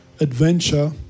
adventure